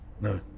No